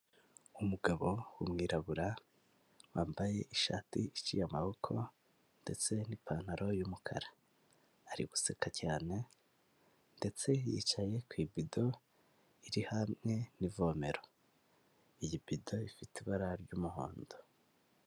Umugabo w'umwirabura, wambaye ishati iciye amaboko ndetse n'ipantaro' y'umukara, ari guseka cyane ndetse yicaye ku ibido iri hamwe n'ivomero, iyi bido fite ibara ry'umuhondo.